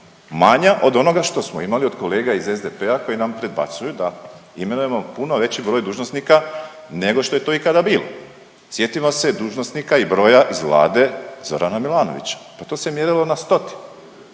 manja od onoga što smo imali od kolega iz SDP-a koji nam predbacuju da imenujemo puno veći broj dužnosnika nego što je to ikada bilo. Sjetimo se dužnosnika i broja iz Vlade Zorana Milanovića pa to se mjerilo na stotine